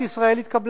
ומדינת ישראל התקבלה.